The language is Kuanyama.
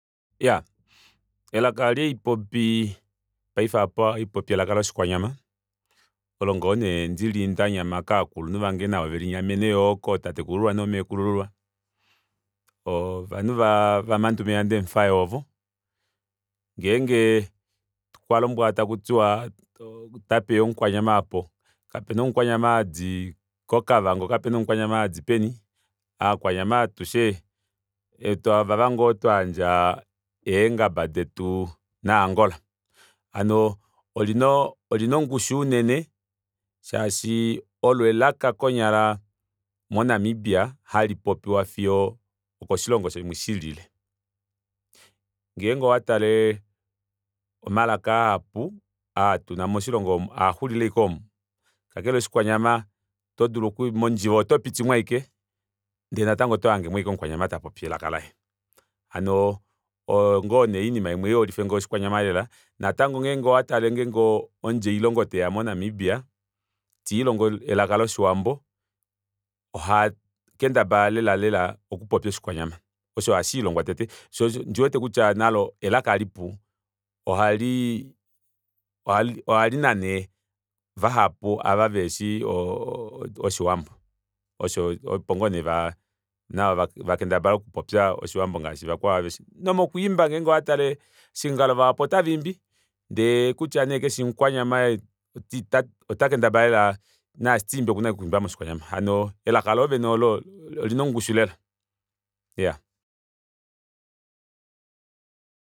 Iyaa elaka eli haipopi paife aapa ohaipopi elaka loshikwanyama elaka aalo ndelinyama kovakulunhu vange olo yoo nalo velinyamene tatekulululwa nomeekulululwa oo ovanhu vaa vamandume yandemufayo ovo ngeenge okwa lombwelwa takutiwa otapeya omukwanyama aapo kapena omukwanyama hadi kokavango kapena omukwanyama hadi peni aakwanyama atushe ovava ngoo twayandja eengaba detu na angola. hano olina oo olina ongushu unene shaashi olo elaka konyala mo namibia hali popiwa fiyo okoshilongo shimwe shililile ngeenge owatale omalaka ahapu aatuna moshilongo omu aaxuila aaike omu kakele oshikwanyama otodulu oku mondjiva otopitimo aike ndee natango oto hangemo ashike omukwanyama tapopi elaka laye. hano oyo ngoo nee oinima imwe iholifenge oshikwanyama lela natango ngeenge owatale ngeenge omundjailongo teya mo namibia tiilongo elaka loshiwambo ohakendabala lela lela okupopya oshikwanyama osho hashiilongwa tete shoo osho ondiwete kutya nalo elaka lipu ohali ohalinane vahapu ava veheshi o- o- o oshiwambo opo ngoo nee navo vaa navo vakendabale okupopya oshiwambo ngaashi vakwao aveshe nomokwiimba ngeenge owatale ovashikingalo vahapu ota viimbi ndee kutya nee keshi omukwanyama oti ota otakendabala lela naashi tiimbi okuna ashike okwiimba moshikwanyama hano elaka loovene oolo olina ongushu lela iyaa